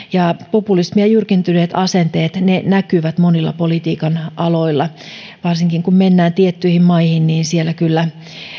populismi ja jyrkentyneet asenteet näkyvät monilla politiikan aloilla varsinkin kun mennään tiettyihin maihin niin siellä kyllä